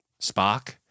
Spock